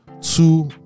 two